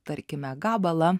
tarkime gabalą